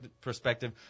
perspective